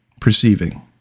perceiving